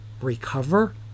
recover